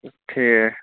ٹھیٖک